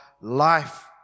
life